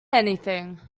anything